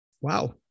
Wow